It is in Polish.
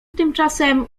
tymczasem